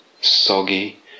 soggy